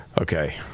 Okay